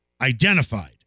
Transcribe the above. identified